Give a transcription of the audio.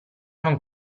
non